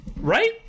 Right